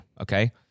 Okay